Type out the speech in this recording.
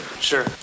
Sure